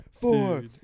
four